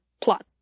plot